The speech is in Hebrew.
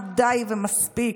די ומספיק,